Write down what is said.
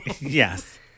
Yes